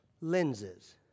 lenses